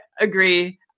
agree